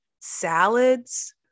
salads